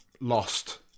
lost